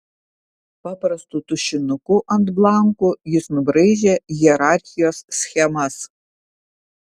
paprastu tušinuku ant blankų jis nubraižė hierarchijos schemas